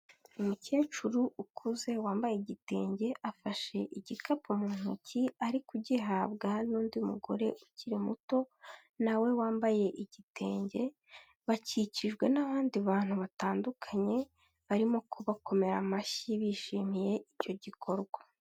Umukecuru ukuze wambaye igitenge afashe igikapu mu ntoki ari kugihabwa hari n'undi mugore ukiri muto nawe wambaye igitenge bakikijwe n'abandi bantu batandukanye barimo kubakomera amashyi bishimiye icyo gikorwa.